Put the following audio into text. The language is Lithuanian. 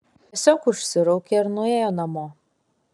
tiesiog užsiraukė ir nuėjo namo